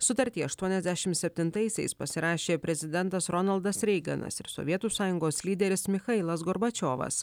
sutartį aštuoniasdešimt septintaisiais pasirašė prezidentas ronaldas reiganas ir sovietų sąjungos lyderis michailas gorbačiovas